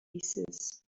places